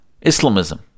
Islamism